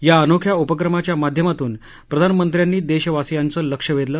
या अनोख्या उपक्रमाच्या माध्यमातून प्रधानमंत्र्यांनी देशवासीयांचं लक्ष वेधलं